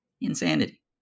Insanity